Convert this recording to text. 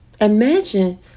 Imagine